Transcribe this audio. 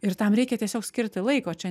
ir tam reikia tiesiog skirti laiko čia